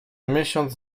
miesiąc